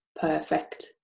perfect